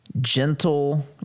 gentle